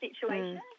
situation